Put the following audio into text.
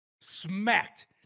smacked